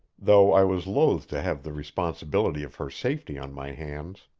though i was loath to have the responsibility of her safety on my hands.